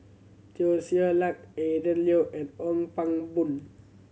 Teo Ser Luck Adrin Loi and Ong Pang Boon